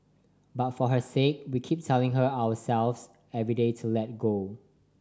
but for her sake we keep telling her and ourselves every day to let go